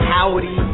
Howdy